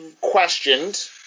questioned